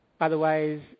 otherwise